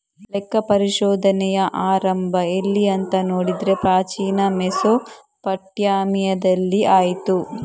ಲೆಕ್ಕ ಪರಿಶೋಧನೆಯ ಆರಂಭ ಎಲ್ಲಿ ಅಂತ ನೋಡಿದ್ರೆ ಪ್ರಾಚೀನ ಮೆಸೊಪಟ್ಯಾಮಿಯಾದಲ್ಲಿ ಆಯ್ತು